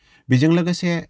बिजों लोगोसे